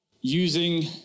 using